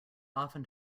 often